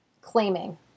claiming